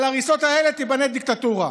על ההריסות האלה תיבנה דיקטטורה,